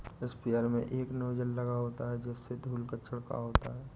sprayer में एक nozzle लगा होता है जिससे धूल का छिड़काव होता है